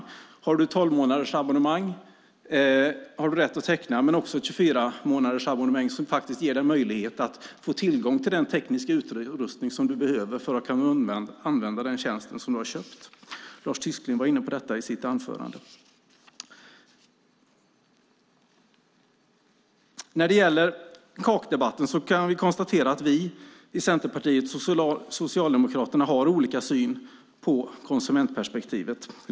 Du har rätt att teckna ett tolvmånadersabonnemang men också ett på 24 månader som faktiskt ger dig möjlighet att få tillgång till den tekniska utrustning som du behöver för att kunna använda den tjänst som du har köpt. Lars Tysklind var inne på detta i sitt anförande. När det gäller kakdebatten kan vi konstatera att vi i Centerpartiet och Socialdemokraterna har olika syn på konsumentperspektivet.